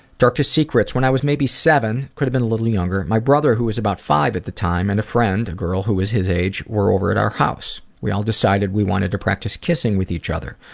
darkest secrets, when i was maybe seven, could have been a little younger, my brother who is about five at the time and a friend, a girl, who is his age were over at our house. we all decided we wanted to practice kissing with each other.